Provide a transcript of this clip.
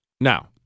Now